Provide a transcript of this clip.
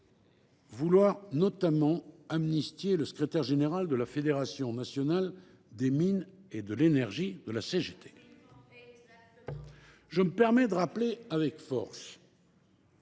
vouloir notamment amnistier le secrétaire général de la Fédération nationale des mines et de l’énergie de la CGT. Bien que je ne puisse